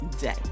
day